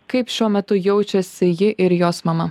kaip šiuo metu jaučiasi ji ir jos mama